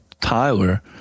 tyler